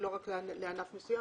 היא לא רק לענף מסוים.